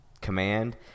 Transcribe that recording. command